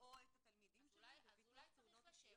או את התלמידים שלהן בביטוח תאונות אישיות -- אז אולי צריך לשבת